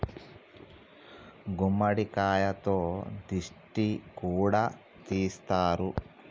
గుమ్మడికాయతో దిష్టి కూడా తీస్తారు